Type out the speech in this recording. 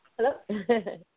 Hello